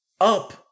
up